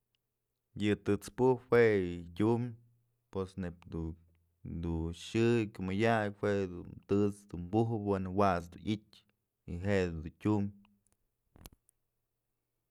Yë tët's pujtë juë yë tyum pos neyb du du xyë kyumëdyakyë juedun tët's dun bujë we'en wat's dun i'ityë y je'e dun tyumbë.